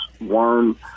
worm